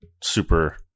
super